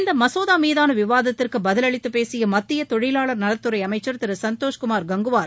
இந்த மசோதா மீதான விவாத்திற்கு பதிலளித்து பேசிய மத்திய தொழிலாளர் நலத்துறை அமைச்சர் திரு சந்தோஷ் குமார் கங்குவார்